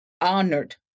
honored